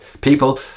people